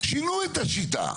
שינו את השיטה.